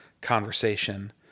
conversation